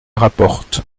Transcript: rapporte